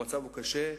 המצב קשה,